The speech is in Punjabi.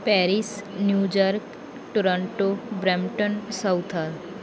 Paris New York Toronto Brampton Southall